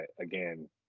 again